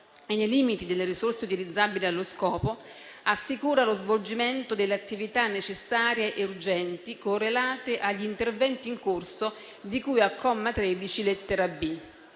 e nei limiti delle risorse utilizzabili allo scopo, assicura lo svolgimento delle attività necessarie e urgenti correlate agli interventi in corso di cui al comma 13, lettera